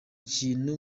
kintu